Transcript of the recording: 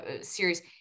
series